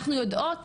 אנחנו יודעות